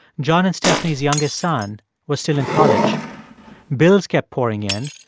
john and stephanie's youngest son was still in college bills kept pouring in,